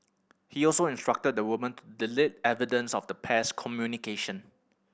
he also instructed the woman to delete evidence of the pair's communication